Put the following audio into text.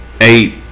Eight